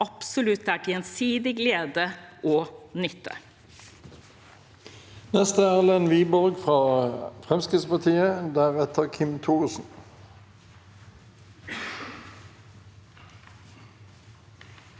absolutt er til gjensidig glede og nytte.